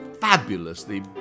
fabulously